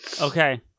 Okay